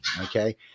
Okay